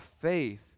faith